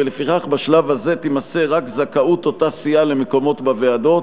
ולפיכך בשלב הזה תימסר רק זכאות אותה סיעה למקומות בוועדות,